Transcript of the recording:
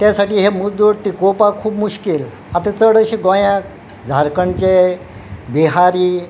त्या साठी हे मुड टिकोवपाक खूब मुश्कील आतां चड अशे गोंयाक झारखंडचे बिहारी